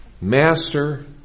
Master